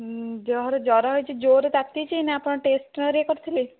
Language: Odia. ଉଁ ଦେହରେ ଜ୍ୱର ହୋଇଛି ଜୋରରେ ତାତିଛି ନା ଆପଣ ଟେଷ୍ଟ ହେରିକା କରିଥିଲେ